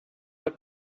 are